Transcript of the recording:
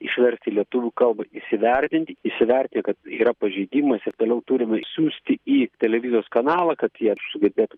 išversti į lietuvių kalbą įsivertinti įsiverti kad yra pažeidimas ir toliau turime siųsti į televizijos kanalą kad jie sugebėtų